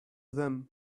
them